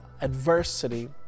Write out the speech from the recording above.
adversity